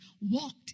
walked